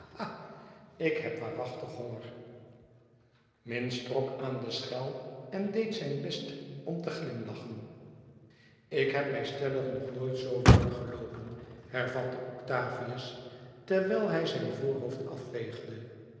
ik heb waarachtig honger minns trok aan de schel en deed zijn best om te glimlachen ik heb mij stellig nog nooit zoo warm geloopen hervatte octavius terwijl hij zijn voorhoofd